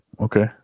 Okay